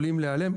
יכולים להיעלם.